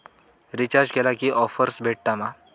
Recharge केला की offers भेटात मा?